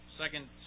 Second